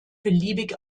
beliebig